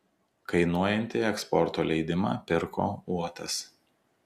kainuojantį eksporto leidimą pirko uotas